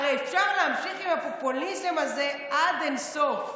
הרי אפשר להמשיך עם הפופוליזם הזה עד אין סוף.